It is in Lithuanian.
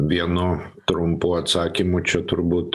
vieno trumpų atsakymų čia turbūt